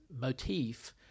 motif